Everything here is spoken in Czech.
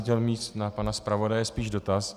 Chtěl bych mít na pana zpravodaje spíš dotaz.